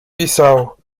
pisał